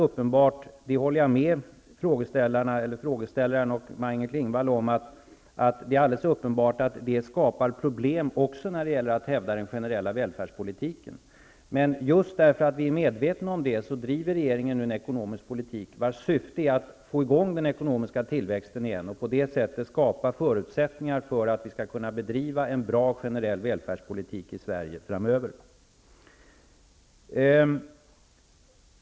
Jag håller med interpellanten och Maj-Inger Klingvall om att det är alldeles uppenbart att det skapar problem också när det gäller att hävda den generella välfärdspolitiken. Men just därför att vi är medvetna om detta driver regeringen nu en ekonomisk politik vars syfte är att få i gång den ekonomiska tillväxten igen och på det sättet skapa förutsättningar för att vi skall kunna bedriva en bra generell välfärdspolitik i Sverige framöver.